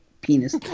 penis